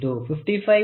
090 G2 55